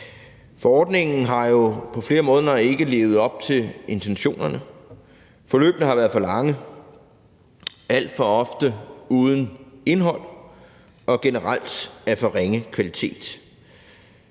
Forordningen har jo på flere måder ikke levet op til intentionerne. Forløbene har været lange og alt for ofte uden indhold og har generelt været af for ringe kvalitet.